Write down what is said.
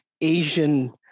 Asian